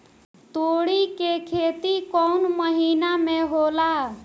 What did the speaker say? तोड़ी के खेती कउन महीना में होला?